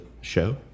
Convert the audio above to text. show